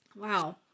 Wow